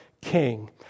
king